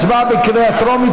הצבעה בקריאה טרומית.